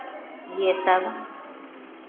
ये सब